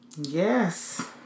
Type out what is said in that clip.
Yes